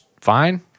fine